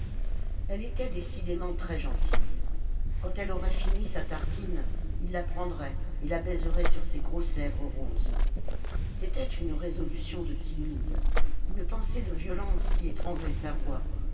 elle était décidément très gentille quand elle aurait fini sa tartine il la prendrait et la baiserait sur ses grosses lèvres roses c'était une résolution de timide une pensée de violence qui étranglait sa voix